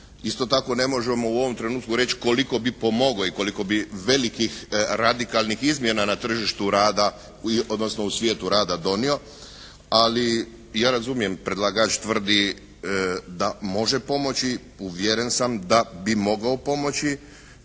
Isto tako ne možemo u ovom trenutku reći koliko bi pomogao i koliko bi velikih radikalnih izmjena na tržištu rada, odnosno u svijetu rada donio, ali ja razumijem, predlagač tvrdi da može pomoći, uvjeren sam da bi mogao pomoći,